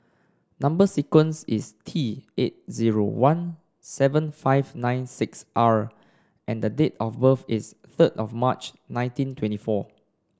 number sequence is T eight zero one seven five nine six R and date of birth is third of March nineteen twenty four